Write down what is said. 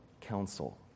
council